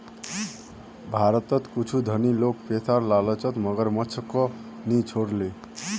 भारतत कुछू धनी लोग पैसार लालचत मगरमच्छको नि छोड ले